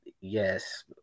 yes